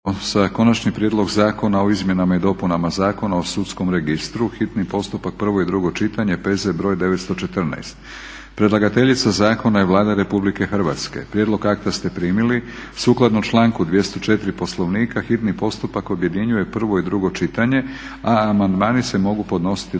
Konačni prijedlog zakona o izmjenama i dopunama Zakona o sudskom registru, hitni postupak, prvo i drugo čitanje, P.Z. br. 914 Predlagateljica zakona je Vlada Republike Hrvatske. Prijedlog akta ste primili. Sukladno članku 204. Poslovnika hitni postupak objedinjuje prvo i drugo čitanje, a amandmani se mogu podnositi do